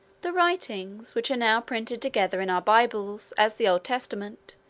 the writings which are now printed together in our bibles, as the old testament,